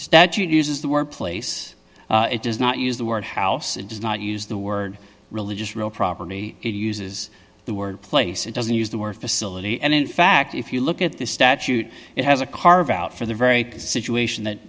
statute uses the word place it does not use the word house it does not use the word religious real property it uses the word place it doesn't use the word facility and in fact if you look at the statute it has a carve out for the very situation that